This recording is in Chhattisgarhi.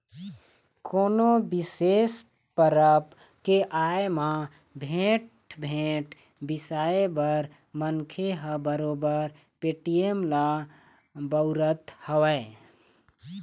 कोनो बिसेस परब के आय म भेंट, भेंट बिसाए बर मनखे ह बरोबर पेटीएम ल बउरत हवय